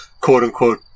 quote-unquote